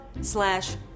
slash